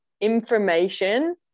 information